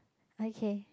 okay